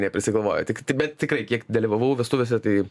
neprisigalvoja tik ti bet tikrai kiek dalyvavau vestuvėse tai